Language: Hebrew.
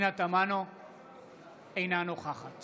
אינה נוכחת